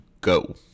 go